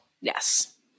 yes